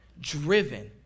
driven